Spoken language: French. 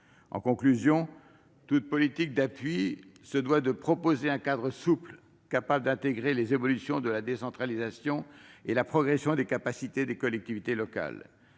En conclusion, toute politique d'appui se doit de proposer un cadre souple, capable d'intégrer les évolutions de la décentralisation et la progression des capacités des collectivités locales.